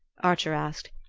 archer asked,